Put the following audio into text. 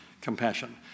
compassion